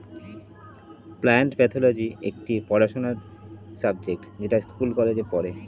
plant pathology একটি পড়াশোনার subject যেটা স্কুল কলেজে পড়ে